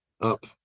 up